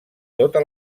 tota